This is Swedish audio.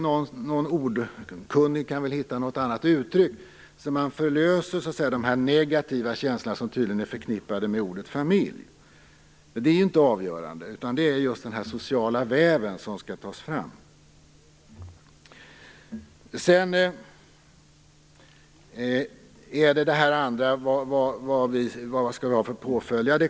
Någon ordkunnig måste kunna hitta något annat uttryck, så att man får bort de negativa känslor som tydligen är förknippade med ordet "familj". Det är nämligen inte avgörande, utan det handlar just om den sociala väven, som skall tas fram. Sedan handlar det om vad vi skall ha för påföljd.